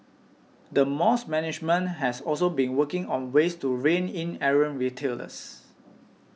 the mall's management has also been working on ways to rein in errant retailers